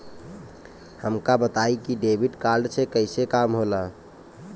हमका बताई कि डेबिट कार्ड से कईसे काम होला?